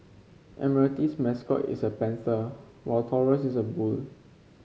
admiralty's mascot is a panther while Taurus is a bull